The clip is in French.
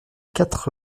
quatre